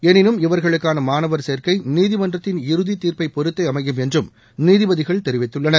எனினும் இவர்களுக்கானமாணவர் சேர்க்கைநீதிமன்றத்தின் இறுதிதீர்ப்பைப் பொறுத்தேஅமையும் என்றும் நீதிபதிகள் தெரிவித்துள்ளனர்